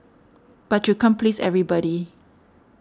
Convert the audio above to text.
but you can't please everybody